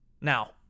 Now